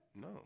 No